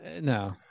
no